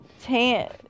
Tan